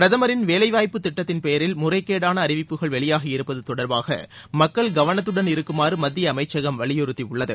பிரதமரின் வேலைவாய்ப்புத் திட்டத்தின் பெயரில் முறைகேடாள அறிவிப்புகள் வெளியாகியிருப்பது தொடர்பாக மக்கள் கவனத்துடன் இருக்குமாறு மத்திய அமைச்சகம் வலியுறுத்தியுள்ளது